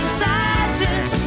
sizes